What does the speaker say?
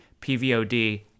PVOD